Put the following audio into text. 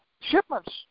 shipments